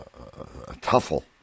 tuffle